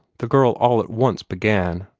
the girl all at once began,